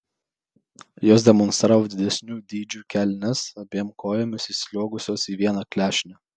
jos demonstravo didesnių dydžių kelnes abiem kojomis įsliuogusios į vieną klešnę